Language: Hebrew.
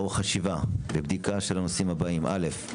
לערוך חשיבה ובדיקה של הנושאים הבאים: א',